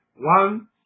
One